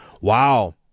wow